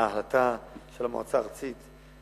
ההחלטה של המועצה הארצית,